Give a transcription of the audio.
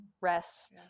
rest